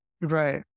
Right